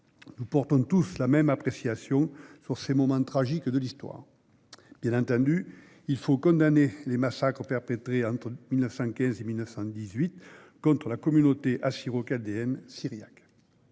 Nous portons tous la même appréciation sur ces moments tragiques de l'histoire. Bien entendu, il faut condamner les massacres perpétrés, entre 1915 et 1918, contre la communauté assyro-chaldéenne-syriaque,